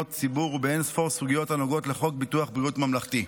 ציבור ובאין-ספור סוגיות הנוגעות לחוק ביטוח בריאות ממלכתי.